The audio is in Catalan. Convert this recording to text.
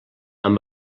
amb